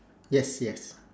yes yes